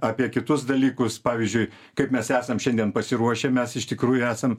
apie kitus dalykus pavyzdžiui kaip mes esam šiandien pasiruošę mes iš tikrųjų esam